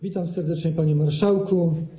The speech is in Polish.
Witam serdecznie, panie marszałku.